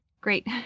Great